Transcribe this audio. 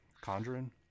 Conjuring